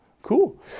Cool